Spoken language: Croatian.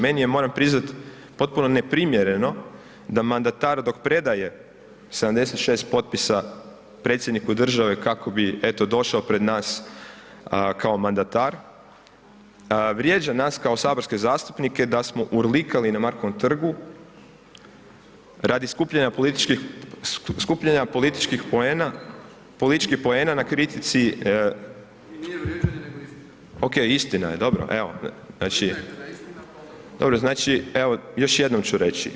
Meni je, moram priznat, potpuno neprimjereno da mandatar dok predaje 76 potpisa predsjedniku države kako bi eto došao pred nas kao mandatar, vrijeđa nas kao saborske zastupnike da smo urlikali na Markovom trgu radi skupljanja političkih, skupljanja političkih poena, političkih poena na kritici [[Upadica iz klupe: I nije vrijeđanje nego istina]] Okej, istina je, dobro, evo, znači … [[Upadica iz klupe se ne razumije]] dobro, znači, evo još jednom ću reći.